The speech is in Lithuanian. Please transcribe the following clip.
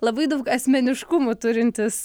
labai daug asmeniškumų turintis